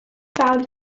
found